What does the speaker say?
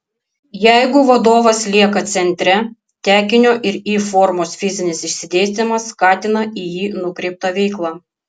jeigu vadovas lieka centre tekinio ir y formos fizinis išsidėstymas skatina į jį nukreiptą veiklą